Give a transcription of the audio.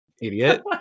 Idiot